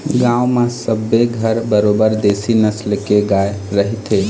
गांव म सबे घर बरोबर देशी नसल के गाय रहिथे